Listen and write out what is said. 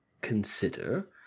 consider